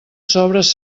sobres